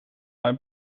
mijn